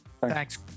Thanks